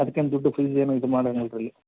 ಅದಕ್ಕೇನು ದುಡ್ಡು ಫೀಸ್ ಏನು ಇದು